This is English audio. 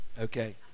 okay